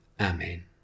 Amen